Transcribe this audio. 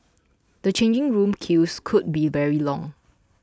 the changing room queues could be very long